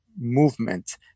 movement